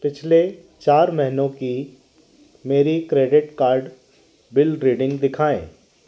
पिछले चार महीनों की मेरी क्रेडिट कार्ड बिल रीडिंग दिखाएँ